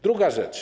Druga rzecz.